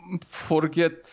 forget